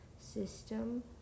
system